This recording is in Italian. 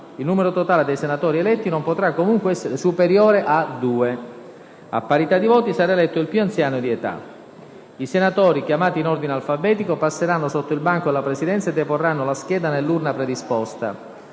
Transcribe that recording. Il numero totale dei senatori eletti non potrà comunque essere superiore a due. A parità di voti sarà eletto il più anziano di età. I senatori, chiamati in ordine alfabetico, passeranno sotto il banco della Presidenza e deporranno la scheda nell'urna predisposta.